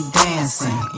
dancing